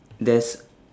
there's